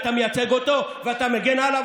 אתה מייצג אותו ואתה מגן עליו,